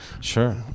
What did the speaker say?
Sure